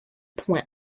point